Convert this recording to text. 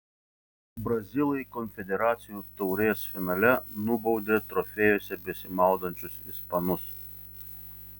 brazilai konfederacijų taurės finale nubaudė trofėjuose besimaudančius ispanus